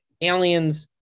aliens